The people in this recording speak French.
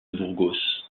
burgos